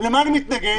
למה אני מתנגד?